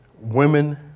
women